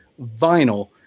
vinyl